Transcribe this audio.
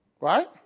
Right